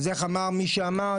איך אמר מי שאמר?